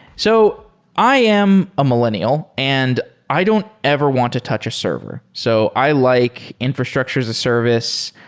so i am a millennial and i don't ever want to touch a server. so i like infrastructure as a service.